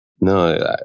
No